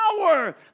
power